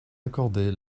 accordé